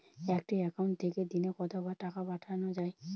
একটি একাউন্ট থেকে দিনে কতবার টাকা পাঠানো য়ায়?